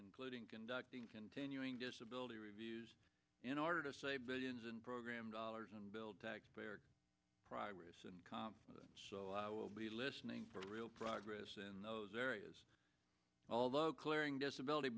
including conducting continuing disability reviews in order to save billions in program dollars and build taxpayer progress and so i will be listening for real progress in those areas although clearing disability